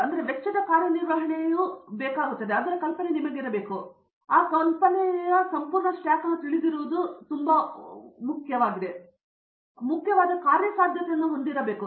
ಆದ್ದರಿಂದ ವೆಚ್ಚದ ಕಾರ್ಯನಿರ್ವಹಣೆಯ ಒಂದು ಕಲ್ಪನೆಯನ್ನು ಹೊಂದಲು ಮತ್ತು ನಿಮ್ಮ ಕಲ್ಪನೆಯು ಸಂಪೂರ್ಣ ಸ್ಟಾಕ್ ಅನ್ನು ತಿಳಿದಿರುವುದು ಮತ್ತು ಅದು ತುಂಬಾ ಮುಖ್ಯವಾದ ಕಾರ್ಯಸಾಧ್ಯತೆಯನ್ನು ಹೊಂದಿರಬೇಕು